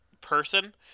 person